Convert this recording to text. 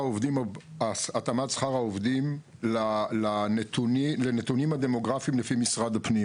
התאמת שכר העובדים לנתונים הדמוגרפיים לפי משרד הפנים.